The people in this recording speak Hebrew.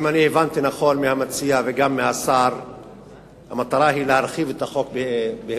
גם המטרה להילחם בגנבת חיות היא מטרה ראויה.